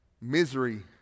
Misery